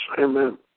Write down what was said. Amen